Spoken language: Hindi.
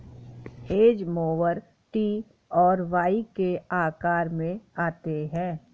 हेज मोवर टी और वाई के आकार में आते हैं